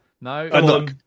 no